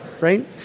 right